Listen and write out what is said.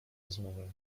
rozmowę